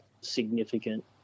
significant